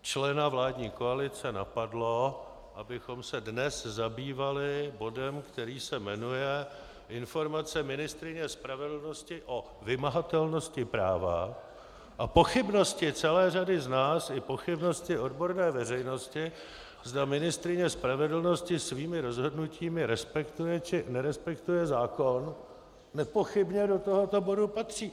Člena vládní koalice napadlo, abychom se dnes zabývali bodem, který se jmenuje Informace ministryně spravedlnosti o vymahatelnosti práva, a pochybnosti celé řady z nás i pochybnosti odborné veřejnosti, zda ministryně spravedlnosti svými rozhodnutími respektuje, či nerespektuje zákon, nepochybně do tohoto bodu patří.